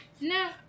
No